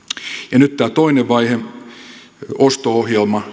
ja nyt tämä toinen vaihe osto ohjelma